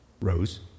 Rose